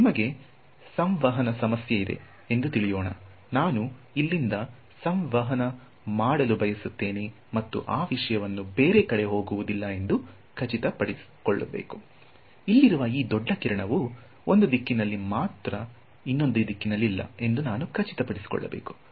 ನಿಮಗೆ ಸಂವಹನ ಸಮಸ್ಯೆ ಇದೆ ಎಂದು ತಿಳಿಸೋಣ ನಾನು ಇಲ್ಲಿಂದ ಸಂವಹನ ಮಾಡಲು ಬಯಸುತ್ತೇನೆ ಮತ್ತು ಆ ವಿಷಯವನ್ನು ಬೇರೆ ಕಡೆ ಹೋಗುವುದಿಲ್ಲ ಎಂದು ಖಚಿತಪಡಿಸಿಕೊಳ್ಳಬೇಕು ಇಲ್ಲಿರುವ ಈ ದೊಡ್ಡ ಕಿರಣವು ಒಂದು ದಿಕ್ಕಿನಲ್ಲಿ ಮಾತ್ರ ಇನ್ನೊಂದು ದಿಕ್ಕಿನಲ್ಲಿಲ್ಲ ಎಂದು ನಾನು ಖಚಿತಪಡಿಸಿಕೊಳ್ಳಬೇಕು